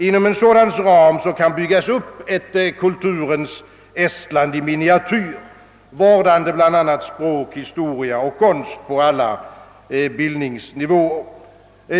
Inom en sådan folkhögskolas ram kan man bygga upp ett kulturens Estland i miniatyr, vårdande bl a. språk, historia och konst på alla bildningsnivåer.